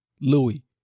Louis